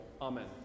Amen